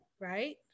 Right